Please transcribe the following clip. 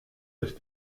ist